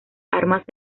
armas